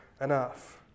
enough